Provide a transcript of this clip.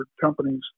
companies